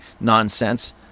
nonsense